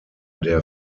der